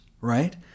right